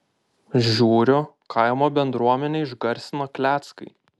žiurių kaimo bendruomenę išgarsino kleckai